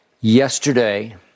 Yesterday